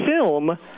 film